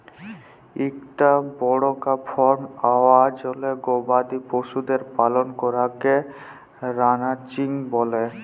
ইকটা বড়কা ফার্ম আয়জলে গবাদি পশুদের পালল ক্যরাকে রানচিং ব্যলে